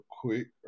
quick